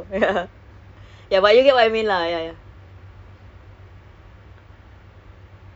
ya you normally ya ya you through the woodlands ke tuas side depends